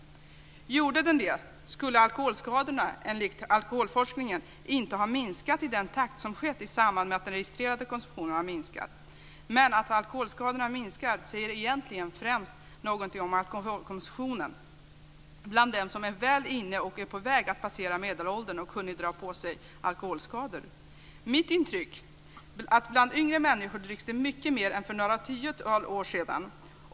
Om den gjorde det skulle alkoholskadorna, enligt alkoholforskningen, inte ha minskat i den takt som skett i samband med att den registrerade konsumtionen har minskat. Men att alkoholskadorna har minskat säger egentligen främst någonting om alkoholkomsumtionen bland dem som är väl inne i och på väg att passera medelåldern och hunnit dra på sig alkoholskador. Mitt intryck är att det bland yngre människor dricks mycket mer än för några tiotal år sedan.